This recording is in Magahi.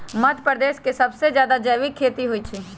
मध्यप्रदेश में सबसे जादा जैविक खेती होई छई